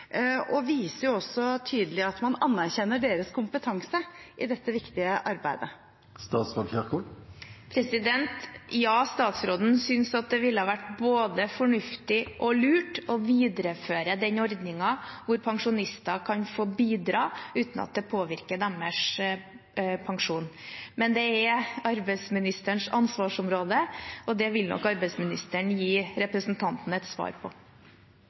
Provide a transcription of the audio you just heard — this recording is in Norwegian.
og det viser også tydelig at man anerkjenner deres kompetanse i dette viktige arbeidet. Ja, statsråden synes at det ville ha vært både fornuftig og lurt å videreføre den ordningen hvor pensjonister kan få bidra uten at det påvirker pensjonen deres. Men det er arbeidsministerens ansvarsområde, og det vil nok arbeidsministeren gi representanten et svar på.